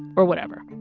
or, whatever.